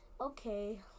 Okay